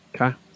Okay